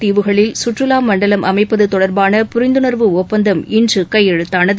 தீவுகளில் சுற்றுலா மண்டலம் அமைப்பது தொடர்பான புரிந்துணர்வு ஒப்பந்தம் இன்று கையெழுத்தானது